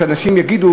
שאנשים יגידו,